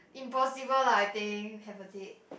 impossible lah I think have a date